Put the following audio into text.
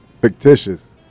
Fictitious